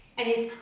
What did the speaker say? and it's,